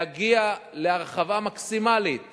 להגיע להרחבה מקסימלית